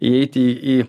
įeiti į